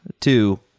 two